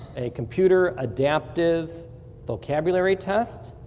a computer adaptive vocabulary test,